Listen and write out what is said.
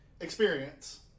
experience